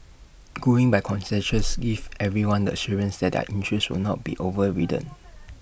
going by consensus gives everyone the assurance that their interests will not be overridden